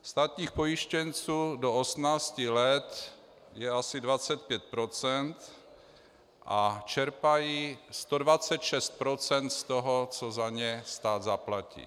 Státních pojištěnců do 18 let je asi 25 % a čerpají 126 % z toho, co za ně stát zaplatí.